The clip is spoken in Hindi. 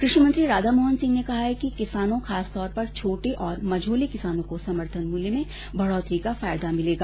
कृषि मंत्री राधा मोहन सिंह ने कहा है कि किसान खासतौर पर छोटेऔर मझोले किसानों को समर्थन मूल्य में बढोतरी का फायदा मिलेगा